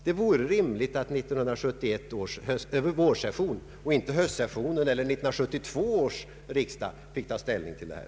Det vore rimligt att 1971 års vårsession — inte höstsessionen eller 1972 års riksdag — fick ta ställning till det här.